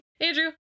Andrew